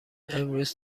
امروز